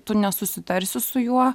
tu nesusitarsi su juo